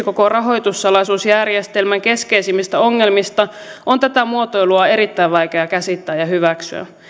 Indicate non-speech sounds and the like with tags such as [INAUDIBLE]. [UNINTELLIGIBLE] koko rahoitussalaisuusjärjestelmän keskeisimmistä ongelmista on tätä muotoilua erittäin vaikea käsittää ja hyväksyä